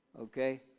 okay